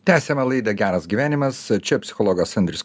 tęsiame laidą geras gyvenimas čia psichologas andrius